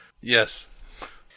Yes